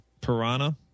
Piranha